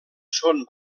són